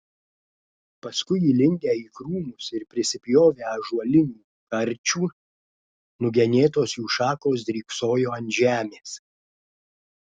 paskui įlindę į krūmus ir prisipjovę ąžuolinių karčių nugenėtos jų šakos dryksojo ant žemės